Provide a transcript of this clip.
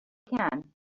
can